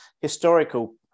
historical